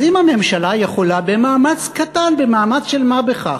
אז אם הממשלה יכולה, במאמץ קטן, במאמץ של מה בכך,